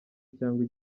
cyangwa